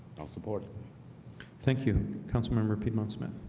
i'll support thank you councilmember piedmont smith